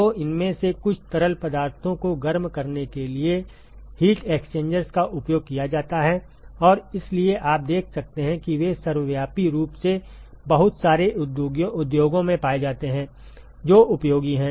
तो इनमें से कुछ तरल पदार्थों को गर्म करने के लिए हीट एक्सचेंजर्स का उपयोग किया जाता है और इसलिए आप देख सकते हैं कि वे सर्वव्यापी रूप से बहुत सारे उद्योगों में पाए जाते हैं जो उपयोगी हैं